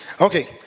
Okay